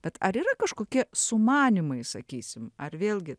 bet ar yra kažkoki sumanymai sakysim ar vėlgi